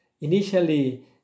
Initially